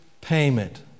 payment